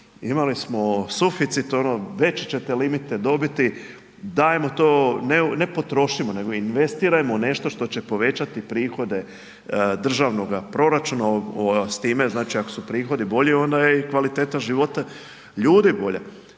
imali smo suficit, veće ćete limite dobiti, dajmo to ne potrošimo nego investirajmo u nešto što će povećati prihode državnoga proračuna. S time znači ako su prihodi bolji onda je i kvaliteta života ljudi bolja.